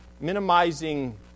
minimizing